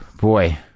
Boy